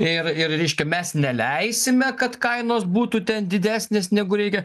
ir ir reiškia mes neleisime kad kainos būtų ten didesnės negu reikia